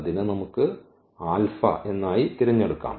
അതിനെ നമുക്ക് എന്നായി തിരഞ്ഞെടുക്കാം